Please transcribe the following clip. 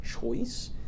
choice